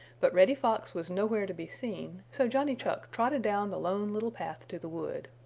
but reddy fox was nowhere to be seen, so johnny chuck trotted down the lone little path to the wood.